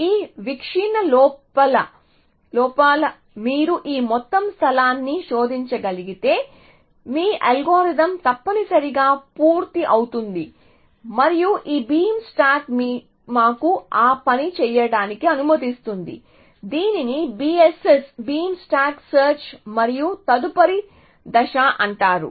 ఈ వీక్షణ లోపల మీరు ఈ మొత్తం స్థలాన్ని శోధించగలిగితే మీ అల్గోరిథం తప్పనిసరిగా పూర్తి అవుతుంది మరియు ఈ బీమ్ స్టాక్ మాకు ఆ పని చేయడానికి అనుమతిస్తుంది దీనిని BSS బీమ్ స్టాక్ సెర్చ్ మరియు తదుపరి దశ అంటారు